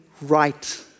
right